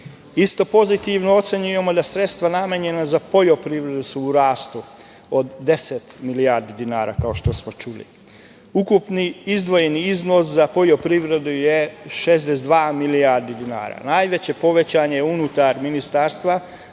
pozitivno ocenjujemo da sredstva namenjena za poljoprivredu su u rastu od 10 milijardi dinara, kao što smo čuli. Ukupni izdvojeni iznos za poljoprivredu je 62 milijardi dinara, najveće povećanje unutar Ministarstva